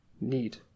need